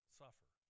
suffer